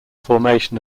formation